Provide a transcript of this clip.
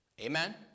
amen